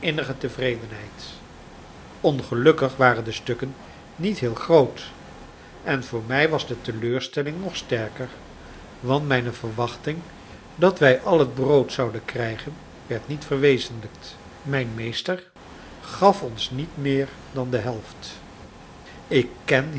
tevredenheid ongelukkig waren de stukken niet heel groot en voor mij was de teleurstelling nog sterker want mijne verwachting dat wij al het brood zouden krijgen werd niet verwezenlijkt mijn meester gaf ons niet meer dan de helft ik ken